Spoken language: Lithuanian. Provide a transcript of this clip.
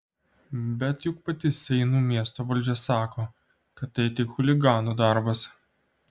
bet juk pati seinų miesto valdžia sako kad tai tik chuliganų darbas